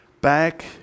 back